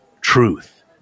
truth